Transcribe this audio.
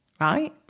right